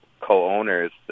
co-owners